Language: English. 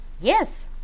yes